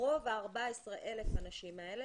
רוב ה-14,000 האנשים האלה,